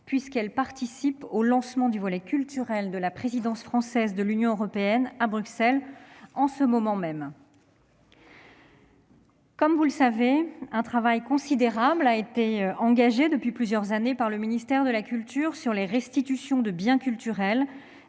puisqu'elle participe au lancement du volet culturel de la présidence française du Conseil de l'Union européenne, à Bruxelles, en ce moment même. Comme vous le savez, un travail considérable a été engagé depuis plusieurs années par le ministère de la culture sur la restitution de biens culturels